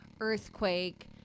Earthquake